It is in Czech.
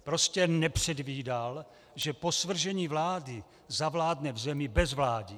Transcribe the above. Prostě nepředvídal, že po svržení vlády zavládne v zemi bezvládí.